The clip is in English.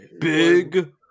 big